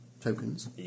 tokens